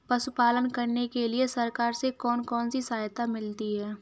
पशु पालन करने के लिए सरकार से कौन कौन सी सहायता मिलती है